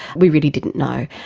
we really didn't know.